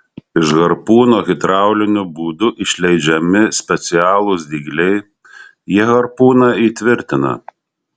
iš harpūno hidrauliniu būdu išleidžiami specialūs dygliai jie harpūną įtvirtina